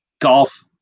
golf